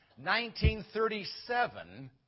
1937